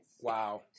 Wow